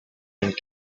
and